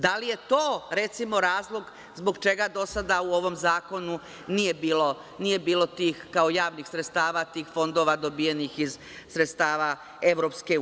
Da li je to, recimo, razlog zbog čega do sada u ovom zakonu nije bilo kao javnih sredstava tih fondova dobijenih iz sredstava EU?